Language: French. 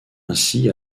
ainsi